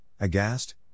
aghast